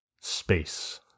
Space